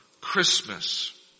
Christmas